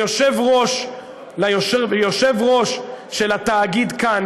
ליושב-ראש של התאגיד "כאן",